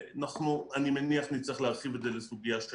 אני מניח שנצטרך להרחיב את זה לסוגיה של